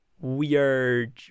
weird